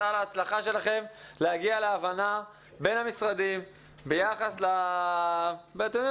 ההצלחה שלכם להגיע להבנה בין המשרדים ביחס לכל.